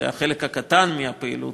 זה חלק קטן מהפעילות,